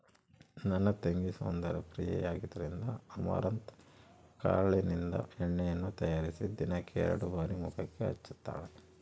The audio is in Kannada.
ನನ್ನ ತಂಗಿ ಸೌಂದರ್ಯ ಪ್ರಿಯೆಯಾದ್ದರಿಂದ ಅಮರಂತ್ ಕಾಳಿನಿಂದ ಎಣ್ಣೆಯನ್ನು ತಯಾರಿಸಿ ದಿನಕ್ಕೆ ಎರಡು ಬಾರಿ ಮುಖಕ್ಕೆ ಹಚ್ಚುತ್ತಾಳೆ